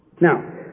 Now